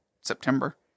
September